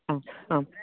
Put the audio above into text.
हा आम्